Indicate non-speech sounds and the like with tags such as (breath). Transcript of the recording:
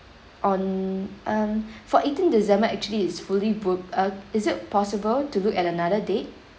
on um (breath) for eighteen december actually it's fully booked uh is it possible to look at another date